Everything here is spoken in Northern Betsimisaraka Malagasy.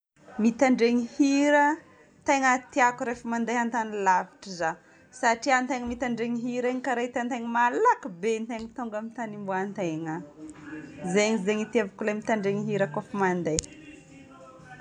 Mitandregny hira tegna tiako rehefa mandeha an-tany lavitra zaho. Satria antegna mitandregny hira igny karaha hitan-tegna malaky be tegna tonga amin'ny tany iomban-tegna. Zegny zegny itiavako ilay mitandregny hira kofa mandeha.